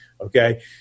okay